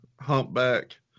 humpback